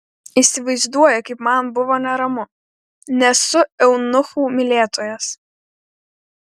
įsivaizduoji kaip man buvo neramu nesu eunuchų mylėtojas